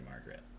Margaret